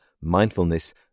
mindfulness